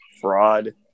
fraud